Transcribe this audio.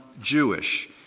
Jewish